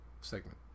segment